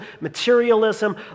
materialism